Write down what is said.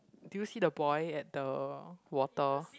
do you see the boy at the water